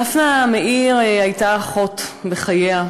דפנה מאיר הייתה אחות בחייה.